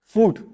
Food